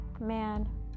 man